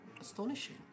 astonishing